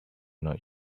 not